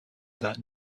that